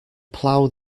plough